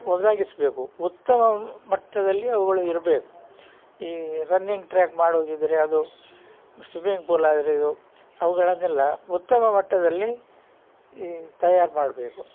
ಒದಗಿಸಬೇಕು ಉತ್ತಮ ಮಟ್ಟದಲ್ಲಿ ಅವುಗಳು ಇರಬೇಕು ಈ ರನ್ನಿಂಗ್ ಟ್ರ್ಯಾಕ್ ಮಾಡೋದಿದ್ರೆ ಅದು ಸ್ವಿಮ್ಮಿಂಗ್ ಪೂಲ್ ಆದರೆ ಇದು ಅವುಗಳನ್ನೆಲ್ಲ ಉತ್ತಮ ಮಟ್ಟದಲ್ಲಿ ಈ ತಯಾರು ಮಾಡಬೇಕು